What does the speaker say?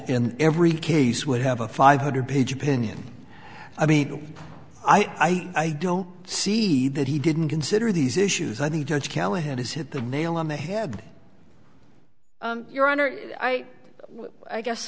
in every case would have a five hundred page opinion i mean i don't see that he didn't consider these issues i think judge callahan has hit the nail on the head your honor i guess